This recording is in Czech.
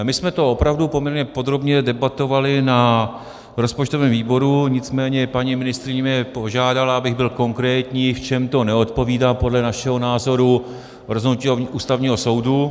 My jsme to opravdu poměrně podrobně debatovali na rozpočtovém výboru, nicméně paní ministryně mě požádala, abych byl konkrétní, v čem to neodpovídá podle našeho názoru rozhodnutí Ústavního soudu.